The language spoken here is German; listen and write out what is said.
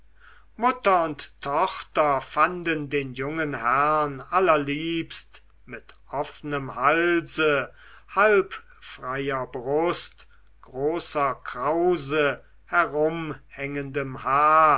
mutter und tochter fanden den jungen herrn allerliebst mit offnem halse halbfreier brust großer krause herumhängendem haar